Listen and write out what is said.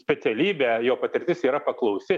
specialybė jo patirtis yra paklausi